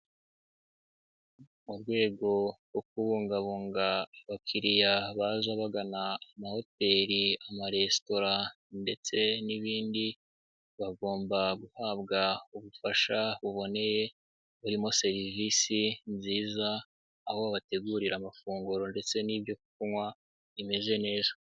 Mu rwego rwo kubungabunga abakiriya baza bagana amahoteli, amaresitora, ndetse n'ibindi bagomba guhabwa ubufasha buboneye burimo serivisi nziza aho babategurira amafunguro ndetse n'ibyo kunywa bimeze neza.